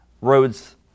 Roads